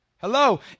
Hello